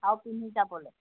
আৰু পিন্ধি যাবলৈ